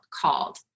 called